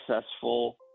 successful